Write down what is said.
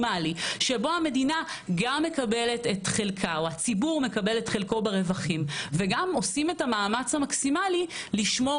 שבו המדינה מקבלת את חלקה וגם עושים מאמץ מקסימלי לשמור